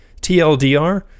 TLDR